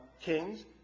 kings